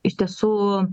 iš tiesų